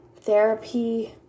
therapy